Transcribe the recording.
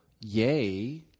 yay